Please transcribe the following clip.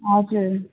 हजुर